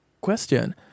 question